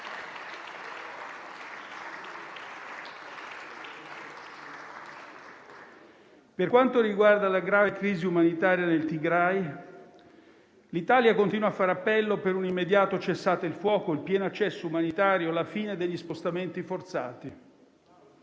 Per quanto riguarda la grave crisi umanitaria nel Tigrai, l'Italia continua a fare appello per un immediato cessate il fuoco, il pieno accesso umanitario e la fine degli spostamenti forzati.